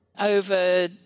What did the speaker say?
over